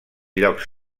llocs